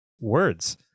words